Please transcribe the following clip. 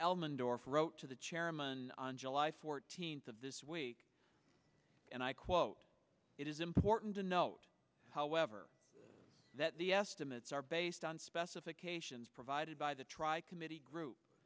elmendorf wrote to the chairman on july fourteenth of this week and i quote it is important to however the estimates are based on specifications provided by the tri committee group